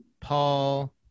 Paul